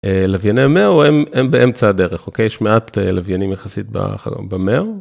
לווייני המאו הם באמצע הדרך, אוקיי? יש מעט לוויינים יחסית במאו.